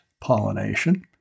pollination